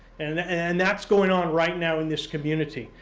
and and that's going on right now in this community.